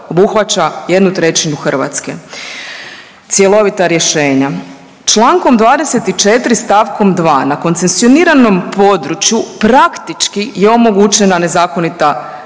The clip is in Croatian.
obuhvaća jednu trećinu Hrvatske, cjelovita rješenja. Čl. 24. st. 2, na koncesioniranom području praktički je omogućena nezakonita